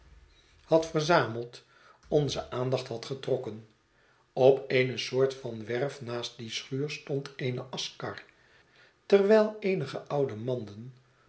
had verzameld onze aandacht had getrokken op eene soort van werf naast die schuur stond eene aschkar terwijl eenige oude manden